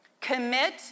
Commit